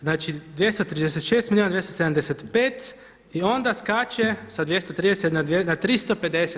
Znači 236 milijuna, 275 i onda skače sa 230 na 350.